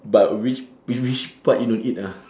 but which which which part you don't eat ah